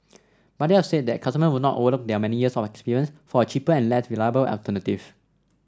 but they said that customer would not overlook their many years of experience for a cheaper and less reliable alternative